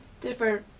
different